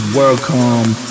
Welcome